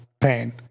pain